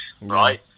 right